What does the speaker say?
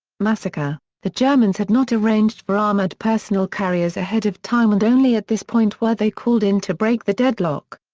massacre the germans had not arranged for armored personnel carriers ahead of time and only at this point were they called in to break the deadlock.